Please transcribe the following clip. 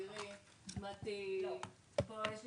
ציפיתי לצאת מהדיון הזה עם יותר תובנות